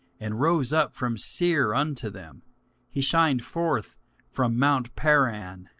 and rose up from seir unto them he shined forth from mount paran,